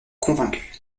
convaincu